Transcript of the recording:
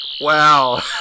Wow